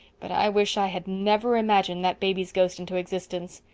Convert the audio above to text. but i wish i had never imagined that baby's ghost into existence.